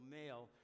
male